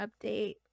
update